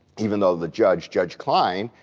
even though the judge, judge klein,